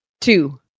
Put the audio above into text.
two